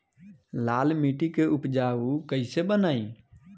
लाल मिट्टी के उपजाऊ कैसे बनाई?